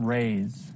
Raise